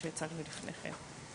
כפי שהצגנו לפני כן.